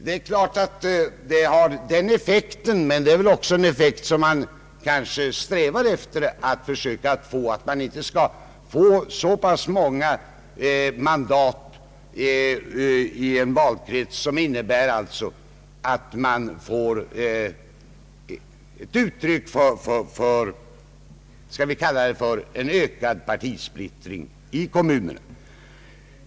Det är klart att det har den effekten, men man strävar ju efter att partisplittringen i kommunerna inte skall gynnas.